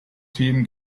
team